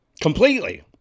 completely